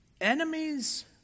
enemies